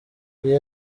iyi